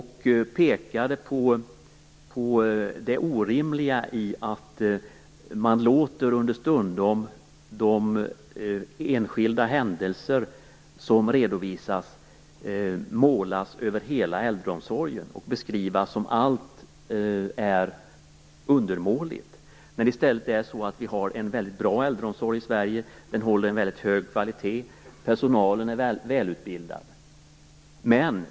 Hon pekade på det orimliga i att man understundom låter de enskilda händelser som redovisas målas över hela äldreomsorgen och beskrivas som att allt är undermåligt, när vi i stället har en väldigt bra äldreomsorg i Sverige. Den håller en väldigt hög kvalitet och personalen är välutbildad.